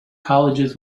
colleges